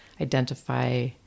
identify